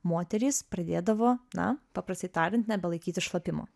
moterys pradėdavo na paprastai tariant nebelaikyti šlapimo